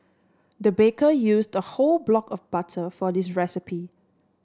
the baker used a whole block of butter for this recipe